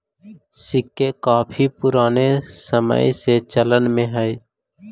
सिक्के काफी पूराने समय से चलन में हई